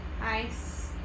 ice